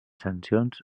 sancions